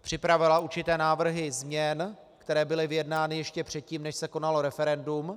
Připravila určité návrhy změn, které byly vyjednány ještě předtím, než se konalo referendum.